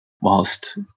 whilst